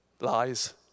Lies